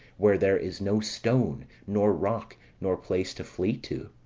where there is no stone, nor rock, nor place to flee to?